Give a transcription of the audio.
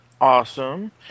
awesome